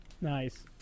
Nice